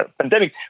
pandemic